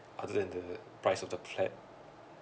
other than the price of the flat